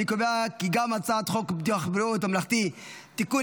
אני קובע כי גם הצעת חוק ביטוח בריאות ממלכתי (תיקון,